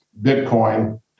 Bitcoin